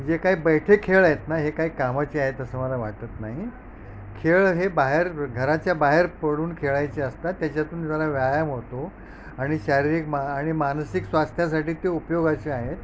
जे काय बैठे खेळ आहेत ना हे काही कामाचे आहेत असं मला वाटत नाही खेळ हे बाहेर घराच्या बाहेर पडून खेळायचे असतात त्याच्यातून जरा व्यायाम होतो आणि शारीरिक आणि मानसिक स्वास्थ्यासाठी ते उपयोगाचे आहेत